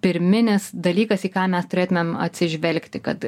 pirminis dalykas į ką mes turėtumėm atsižvelgti kad